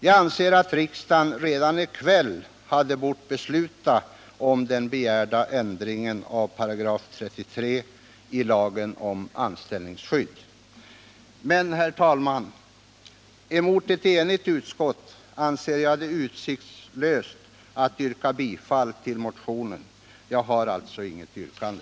Jag anser att riksdagen redan här i kväll hade bort besluta om den begärda ändringen av 33 § i lagen om anställningsskydd. Herr talman! Mot ett enigt utskott anser jag det utsiktslöst att yrka bifall till motionen. Jag har alltså inget yrkande.